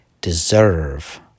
deserve